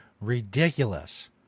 ridiculous